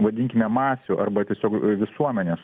vadinkime masių arba tiesiog visuomenės